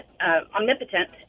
omnipotent